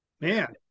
man